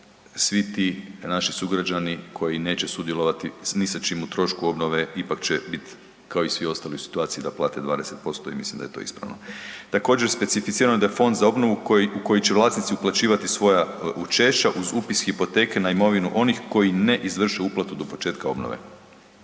svi ti naši sugrađani koji neće sudjelovati ni sa čime u trošku obnove ipak će biti kao i svi ostali u situaciji da plate 20% i mislim da je to ispravno. Također specificirano je da je Fond za obnovu u koji će vlasnici uplaćivati svoja učešća uz upis hipoteke na imovinu onih koji ne izvrše uplatu do početka obnove.